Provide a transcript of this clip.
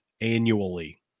annually